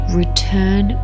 return